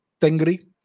Tengri